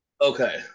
Okay